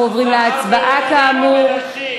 אנחנו עוברים להצבעה, כאמור.